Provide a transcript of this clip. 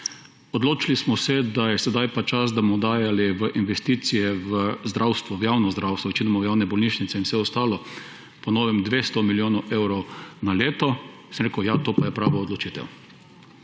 odločili smo se, da je sedaj pa čas, da bomo dajali v investicije v zdravstvo, v javno zdravstvo, večinoma v javne bolnišnice in vse ostalo, po novem 200 milijonov evrov na leto –, sem rekel, to pa je prava odločitev.